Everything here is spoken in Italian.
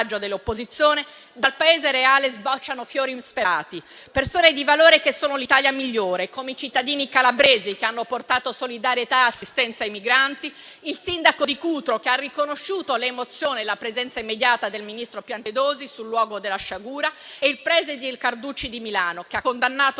dell'opposizione, dal Paese reale sbocciano fiori insperati, persone di valore che sono l'Italia migliore, come i cittadini calabresi, che hanno portato solidarietà e assistenza ai migranti; il sindaco di Cutro, che ha riconosciuto l'emozione e la presenza immediata del ministro Piantedosi sul luogo della sciagura; e il preside del liceo «Carducci» di Milano, che ha condannato